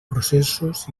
processos